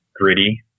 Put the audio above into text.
gritty